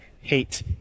hate